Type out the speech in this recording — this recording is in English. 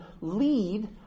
lead